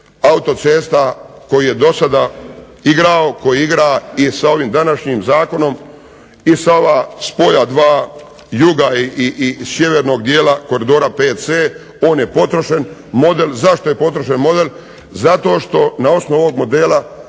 autocesta koji je dosada igrao, koji igra i sa ovim današnjim zakonom i sa ova spoja dva juga i sjevernog dijela Koridora VC on je potrošen model. Zašto je potrošen model? Zato što na osnovu ovog modela